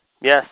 Yes